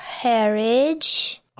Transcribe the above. carriage